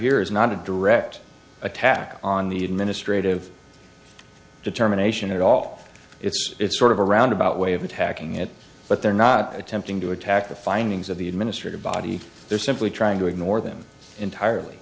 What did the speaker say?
here is not a direct attack on the administrative determination at all it's sort of a roundabout way of attacking it but they're not attempting to attack the findings of the administrative body they're simply trying to ignore them entirely